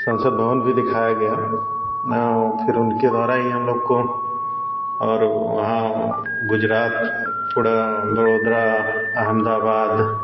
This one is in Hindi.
संसद भवन भी दिखाया गया फिर उनके द्वारा ही हम लोगों को और वहाँ गुजरात वड़ोदरा अहमदाबाद